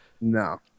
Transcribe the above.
No